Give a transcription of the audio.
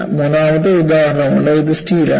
മൂന്നാമത്തെ ഉദാഹരണമുണ്ട് ഇത് സ്റ്റീൽ ആണ്